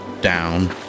down